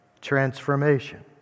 Transformation